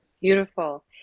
Beautiful